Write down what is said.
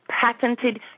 patented